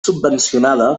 subvencionada